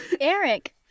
Eric